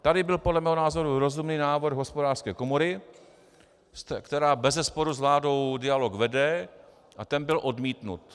Tady byl podle mého názoru rozumný návrh Hospodářské komory, která bezesporu s vládou dialog vede, a ten byl odmítnut.